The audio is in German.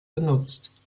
genutzt